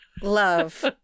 Love